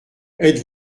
êtes